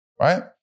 Right